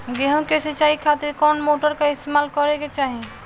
गेहूं के सिंचाई खातिर कौन मोटर का इस्तेमाल करे के चाहीं?